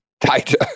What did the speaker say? tighter